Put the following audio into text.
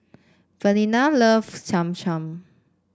Valinda loves Cham Cham